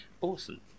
Awesome